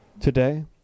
today